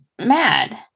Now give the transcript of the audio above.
mad